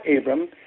Abram